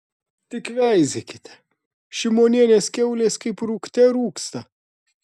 tik veizėkite šimonienės kiaulės kaip rūgte rūgsta